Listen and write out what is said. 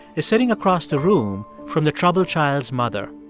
is sitting across the room from the troubled child's mother.